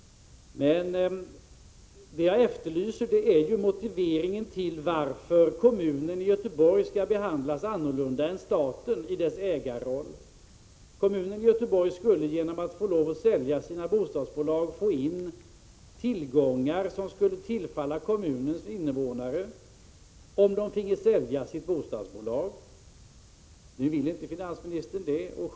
Det jag efterlyser är motiveringen till att kommunen Göteborg skall behandlas annorlunda än staten i sin ägarroll. Kommunen Göteborg skulle , om man finge sälja sina bostadsbolag, få in tillgångar som skulle tillfalla kommunens invånare. Nu vill inte finansministern tillåta det.